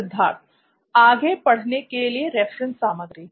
सिद्धार्थ आगे पढ़ने के लिए रेफरेंस सामग्री